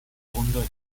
runde